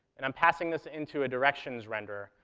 and i'm passing this into a directions renderer.